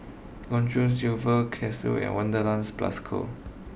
long John Silver Casio and Wanderlust Plus Co